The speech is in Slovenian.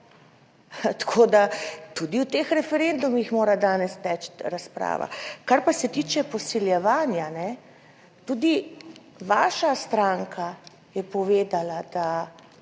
tako da tudi v teh referendumih mora danes teči razprava. Kar pa se tiče posiljevanja, tudi vaša stranka je povedala, da